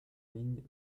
ligne